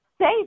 say